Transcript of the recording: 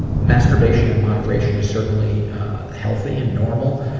and masturbation in moderation is certainly healthy and normal